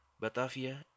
Batavia